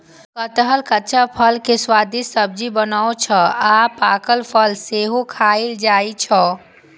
कटहलक कच्चा फल के स्वादिष्ट सब्जी बनै छै आ पाकल फल सेहो खायल जाइ छै